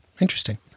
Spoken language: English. Interesting